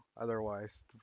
otherwise